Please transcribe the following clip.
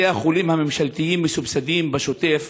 בתי החולים הממשלתיים מסובסדים בשוטף